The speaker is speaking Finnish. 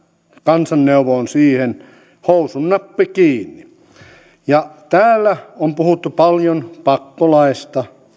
kansanneuvo on siihen housunnappi kiinni täällä on puhuttu paljon pakkolaeista